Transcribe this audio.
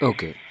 Okay